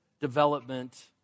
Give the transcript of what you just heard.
development